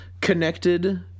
connected